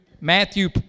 Matthew